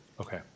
okay